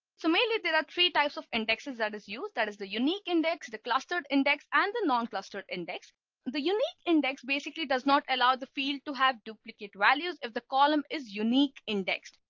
so mainly there are three types of indexes that is used that is the unique index the clustered index and the non-clustered index the unique index basically does not allow the field to have duplicate values if the column is unique indexed.